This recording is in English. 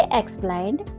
explained